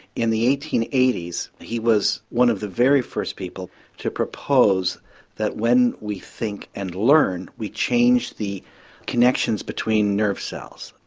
in the eighteen eighty s he was one of the very first people to propose that when we think and learn we change the connections between nerve cells.